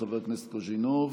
חבר הכנסת קוז'ינוב,